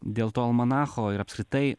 dėl to almanacho ir apskritai